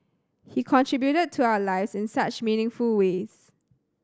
he contributed to our lives in such meaningful ways